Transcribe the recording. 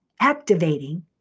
activating